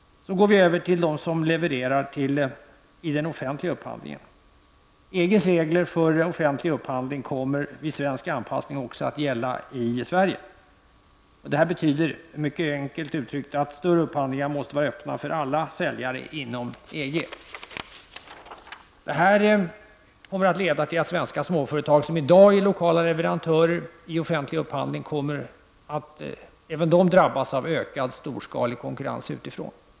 Jag går nu över till att beröra de företag som levererar vid den offentliga upphandlingen. EGs regler för offentliga upphandling kommer vid en svensk anpassning också att gälla i Sverige. Mycket enkelt uttryckt betyder detta att större upphandlingar måste vara öppna för alla säljare inom EG. Detta leder till att även de svenska småföretagen, som i dag är lokala leverantörer vid offentlig upphandling, blir drabbade av ökad storskalig konkurrens utifrån.